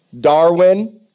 Darwin